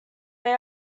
they